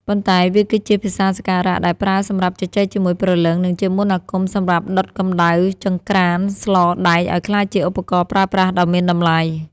ប៉ុន្តែវាគឺជាភាសាសក្ការៈដែលប្រើសម្រាប់ជជែកជាមួយព្រលឹង និងជាមន្តអាគមសម្រាប់ដុតកម្ដៅចង្រ្កានស្លដែកឲ្យក្លាយជាឧបករណ៍ប្រើប្រាស់ដ៏មានតម្លៃ។